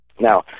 Now